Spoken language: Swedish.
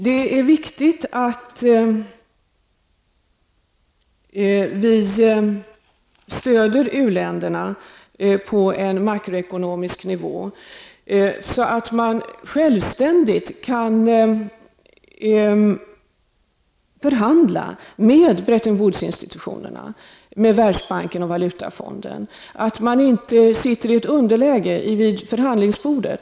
Det är viktigt att vi stöder u-länderna på en makroekonomisk nivå, så att de självständigt kan förhandla med Bretton Woods-institutionerna, Världsbanken och Valutafonden, att de inte sitter i ett underläge vid förhandlingsbordet.